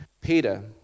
Peter